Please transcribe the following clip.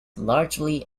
largely